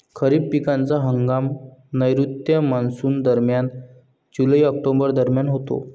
खरीप पिकांचा हंगाम नैऋत्य मॉन्सूनदरम्यान जुलै ऑक्टोबर दरम्यान होतो